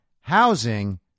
housing